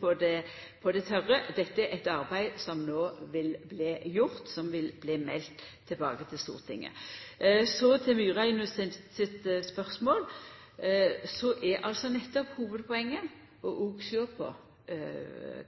på det tørre. Dette er eit arbeid som vil bli meldt tilbake til Stortinget. Når det gjeld Myraune sitt spørsmål, er altså hovudpoenget nettopp å sjå på